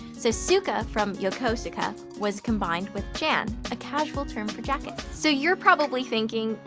so suka, from yokosuka, was combined with jan, a casual term for jacket. so you're probably thinking,